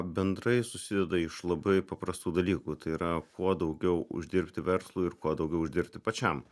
bendrai susideda iš labai paprastų dalykų tai yra kuo daugiau uždirbti verslui ir kuo daugiau uždirbti pačiam